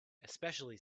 especially